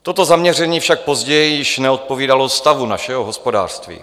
Toto zaměření však později již neodpovídalo stavu našeho hospodářství.